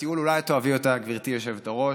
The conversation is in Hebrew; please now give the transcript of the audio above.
אולי את תאהבי אותה, גברתי היושבת-ראש.